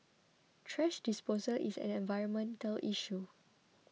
thrash disposal is an environmental issue